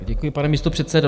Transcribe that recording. Děkuji, pane místopředsedo.